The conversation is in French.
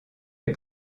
est